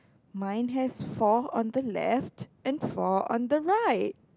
mine has four on the left and four on the right